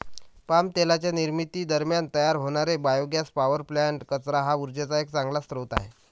palm तेलाच्या निर्मिती दरम्यान तयार होणारे बायोगॅस पॉवर प्लांट्स, कचरा हा उर्जेचा एक चांगला स्रोत आहे